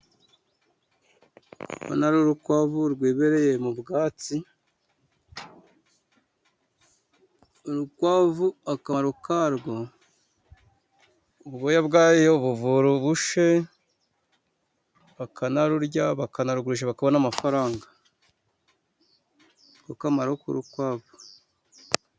Ndabona ari urukwavu rwibereye mu bwatsi. Urukwavu akamaro karwo ubwoya bwarwo buvura ubushe, bakanarurya, bakanarugurisha bakabona amafaranga. Niko kamaro k'urukwavu.